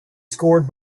scored